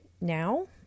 now